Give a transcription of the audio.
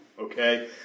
okay